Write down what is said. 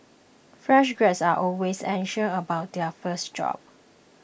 fresh graduates are always anxious about their first job